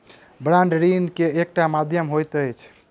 bond ऋण के एकटा माध्यम होइत अछि